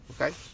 okay